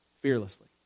fearlessly